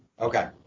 Okay